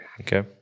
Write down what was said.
Okay